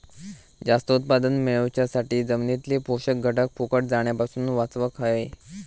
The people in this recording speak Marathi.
जास्त उत्पादन मेळवच्यासाठी जमिनीतले पोषक घटक फुकट जाण्यापासून वाचवक होये